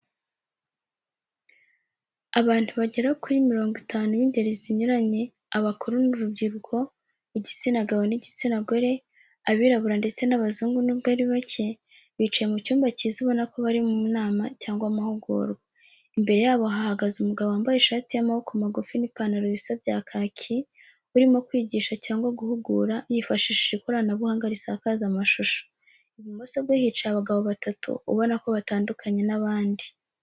Abantu bagera kuri mirongo itanu b'ingeri zinyuranye, abakuru n'urubyiruko, igitsina gabo n'igitsina gore, abirabura ndetse n'abazungu nubwo ari bake, bicaye mu cyumba cyiza ubona ko bari mu nama cyangwa amahugurwa, imbere yabo hahagaze umugabo wambaye ishati y'amaboko magufi n'ipantaro bisa bya kaki, urimo kwigisha cyangwa guhugura yifashishije ikoranabuhanga risakaza amashusho. Ibumoso bwe hicaye abagabo batatu ubona ko batandukanye n'abandi.